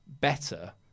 better